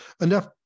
Enough